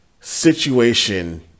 situation